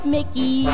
Mickey